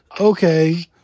Okay